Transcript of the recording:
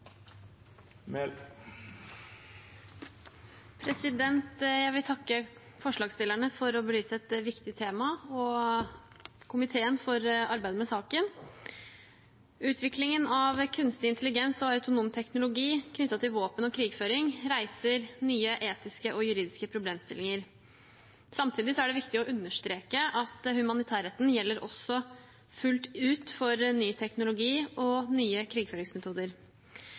minutt. Jeg vil takke forslagsstillerne at de belyser et viktig tema, og komiteen for arbeidet med saken. Utviklingen av kunstig intelligens og autonom teknologi knyttet til våpen og krigføring reiser nye etiske og juridiske problemstillinger. Samtidig er det viktig å understreke at humanitærretten gjelder også fullt ut for ny teknologi og nye krigføringsmetoder.